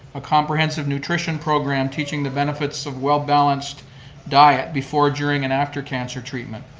a comprehensive nutrition program teaching the benefits of well-balanced diet before, during and after cancer treatment.